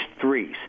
threes